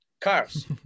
cars